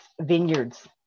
vineyards